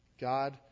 God